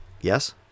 Yes